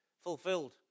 fulfilled